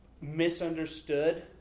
misunderstood